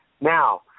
Now